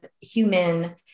human